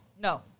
No